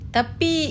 Tapi